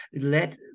let